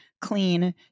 clean